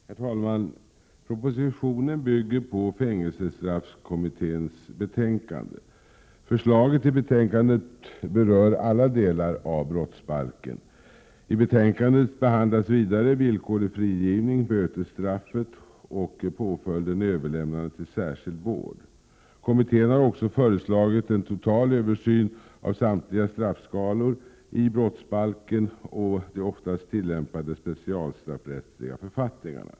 Herr talman! Propositionen bygger på fängelsestraffkommitténs betänkande. Förslaget i betänkandet berör alla delar av brottsbalken. I betänkandet behandlas vidare villkorlig frigivning, bötesstraffet och påföljden överlämnande till särskild vård. Kommittén har också föreslagit en total översyn av samtliga straffskalor i brottsbalken och i de oftast tillämpade specialstraffrättsliga författningarna.